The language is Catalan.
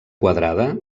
quadrada